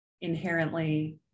inherently